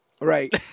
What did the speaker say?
Right